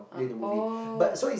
ah oh